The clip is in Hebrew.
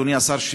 אדוני השר,